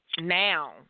now